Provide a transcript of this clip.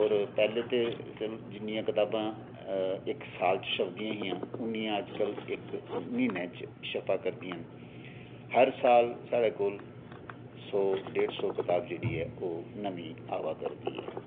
और पैह्ले ते जिन्नियां कताबां इक साल च छपदियां उन्नियां अज्ज क इक म्हीनें च छपा करदियां न हर साल साढ़े कोल सौ डेढ सौ कताब जेह्ड़ी ऐ ओह् नमीं आवा करदी ऐ